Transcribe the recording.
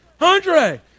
Andre